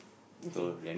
okay